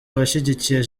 abashyigikiye